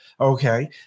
okay